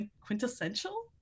quintessential